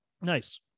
Nice